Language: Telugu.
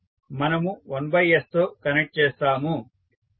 మనము 1s తో కనెక్ట్ చేస్తాము